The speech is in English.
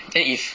then if